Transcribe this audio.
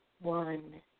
One